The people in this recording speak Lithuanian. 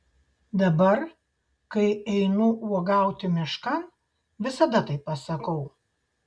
dabar kai einu uogauti miškan visada taip pasakau